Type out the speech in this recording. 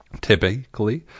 Typically